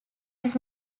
his